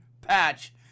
Patch